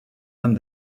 homme